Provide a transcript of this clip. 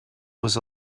was